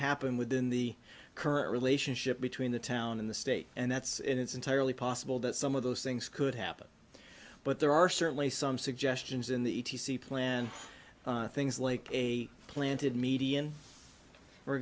happen within the current relationship between the town in the state and that's it it's entirely possible that some of those things could happen but there are certainly some suggestions in the e t c plan things like a planted median for